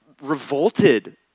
revolted